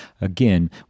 Again